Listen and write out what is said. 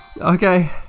Okay